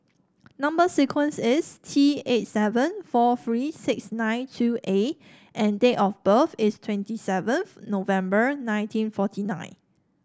number sequence is T eight seven four three six nine two A and date of birth is twenty seven November nineteen forty nine